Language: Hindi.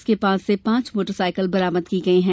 उसके पास से पांच मोटर सायकल बरामद की है